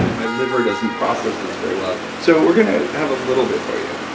my liver doesn't process this very well, so we're gonna have a little bit for you.